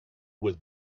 with